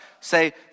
say